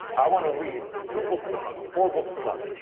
i want to read two books a month, four books a month.